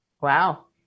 Wow